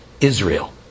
Israel